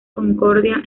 concordia